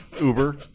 Uber